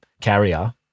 carrier